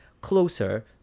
closer